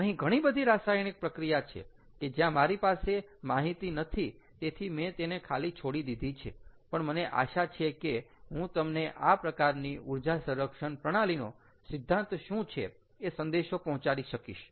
અહીં ઘણી બધી રાસાયણિક પ્રક્રિયા છે કે જ્યાં મારી પાસે માહિતી નથી તેથી મેં એને ખાલી છોડી છે પણ મને આશા છે કે હું તમને આ પ્રકારની ઊર્જા સંરક્ષણ પ્રણાલીનો સિદ્ધાંત શું છે એ સંદેશો પહોંચાડી શકીશ